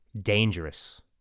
dangerous